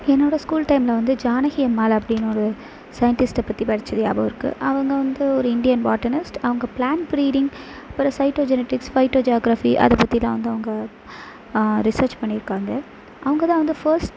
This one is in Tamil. என்னோட ஸ்கூல் டைமில் வந்து ஜானகி அம்மாள் அப்டின்னு ஒரு சைன்டிஸ்ட்டை பற்றி படித்தது ஞாபகம் இருக்கு அவங்க வந்து ஒரு இண்டியன் பாட்டனிஸ்ட் அவுங்க பிளான்ட் பிரீடிங் அப்புறம் சைட்டோஜெனிட்டிக்ஸ் ஃபைட்டோ ஜியோகிரஃபி அதை பற்றிலாம் வந்து அவங்க ரிசர்ச் பண்ணியிருக்காங்க அவங்க தான் வந்து ஃபர்ஸ்ட்